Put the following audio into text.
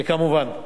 וכמובן,